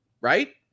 right